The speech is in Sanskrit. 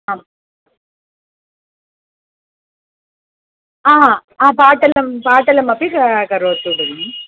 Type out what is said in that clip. आम् आं आं पाटलं पाटलमपि करोतु भगिनी